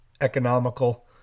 economical